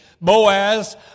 Boaz